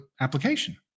application